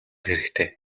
хэрэгтэй